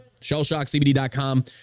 Shellshockcbd.com